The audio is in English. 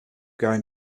going